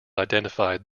identified